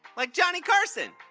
like johnny carson?